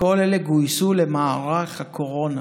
וכל אלה גויסו למערך הקורונה.